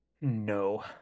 No